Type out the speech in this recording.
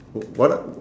wha~ what